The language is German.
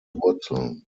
wurzeln